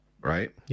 right